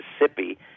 Mississippi